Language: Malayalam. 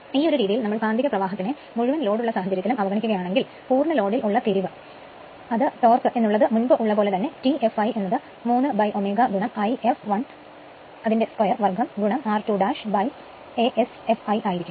ഈ ഒരു രീതിയിൽ നമ്മൾ കാന്തിക പ്രവാഹത്തിനെ മുഴുവൻ ലോഡ് ഉള്ള സാഹചര്യത്തിലും അവഗണിക്കുക ആണെങ്കിൽ മുഴുവൻ ലോഡിൽ ഉള്ള തിരിവ് എന്നുള്ളത് മുൻപ് ഉള്ളത് പോലെ തന്നെ T fl 3ω I fl 2 r2a Sfl ആയിരിക്കും